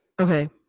Okay